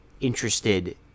interested